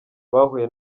bahuye